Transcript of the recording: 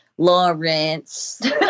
Lawrence